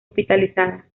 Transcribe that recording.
hospitalizada